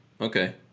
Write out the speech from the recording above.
Okay